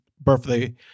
birthday